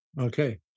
Okay